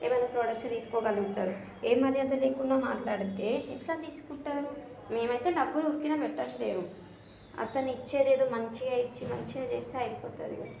ఏవైనా ప్రోడక్ట్స్ తీసుకోగలుగుతారు ఏ మర్యాద లేకుండా మాట్లాడితే ఎట్లా తీసుకుంటారు మేము అయితే డబ్బులు ఊరికనే పెట్టట్లేదు అతను ఇచ్చేదేదో మంచిగా ఇచ్చి మంచిగా చేస్తే అయిపోతుందిగా